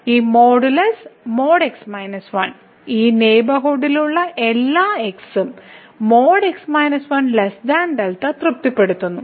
ഈ മോഡുലസ് ഈ നെയ്ബർഹുഡിലുള്ള എല്ലാ x ഉം തൃപ്തിപ്പെടുത്തുന്നു